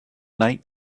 night